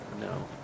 no